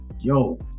yo